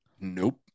nope